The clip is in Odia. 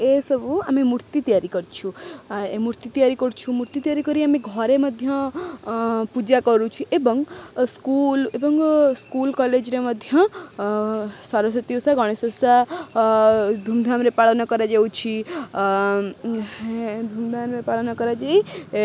ଏସବୁ ଆମେ ମୂର୍ତ୍ତି ତିଆରି କରିଛୁ ମୂର୍ତ୍ତି ତିଆରି କରୁଛୁ ମୂର୍ତ୍ତି ତିଆରି କରି ଆମେ ଘରେ ମଧ୍ୟ ପୂଜା କରୁଛୁ ଏବଂ ସ୍କୁଲ ଏବଂ ସ୍କୁଲ କଲେଜରେ ମଧ୍ୟ ସରସ୍ଵତୀ ଓଷା ଗଣେଶ ଓଷା ଧୁମଧାମରେ ପାଳନ କରାଯାଉଛି ଧୁମଧାମରେ ପାଳନ କରାଯାଇ